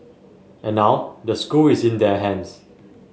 and now the school is in their hands